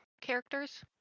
characters